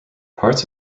parts